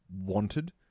wanted